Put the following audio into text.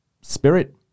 spirit